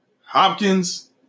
Hopkins